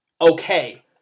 okay